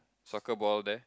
soccer ball there